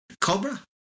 Cobra